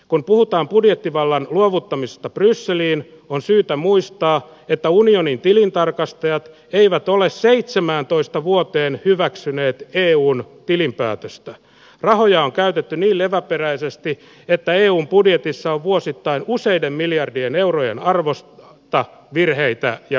kun puhutaan budjettivallan luovuttamisesta brysseliin on syytä muistaa että unionin tilintarkastajat eivät ole seitsemääntoista vuoteen hyväksyneet reunat tilinpäätösten rahoja on käytetty leväperäisesti että eun budjetissa vuosittain useiden miljardien eurojen arvostta virheitä ja